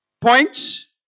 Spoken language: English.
points